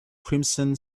crimson